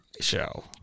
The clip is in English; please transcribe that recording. show